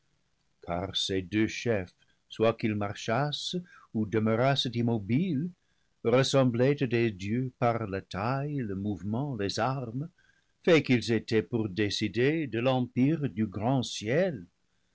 car ces deux chefs soit qu'ils marchassent ou demeurassent immobiles ressemblaient à des dieux par la taille le mouvement les armes faits qu'ils étaient pour déci der de l'empire du grand ciel